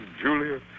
Juliet